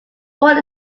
born